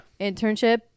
internship